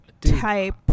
type